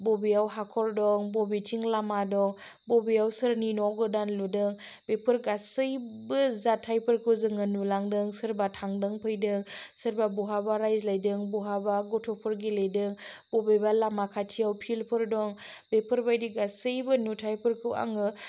बबेयाव हाखर दं बबेथिं लामा दं बबेयाव सोरनि न' गोदान लुदों बेफोर गासैबो जाथायफोरखौ जोङो नुलांदों सोरबा थांदों फैदों सोरबा बहाबा रायज्लायदों बहाबा गथ'फोर गेलेदों बबेबा लामा खाथियाव फिल्डफोर दं बेफोरबादि गासैबो नुथायफोरखौ आङो